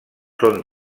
són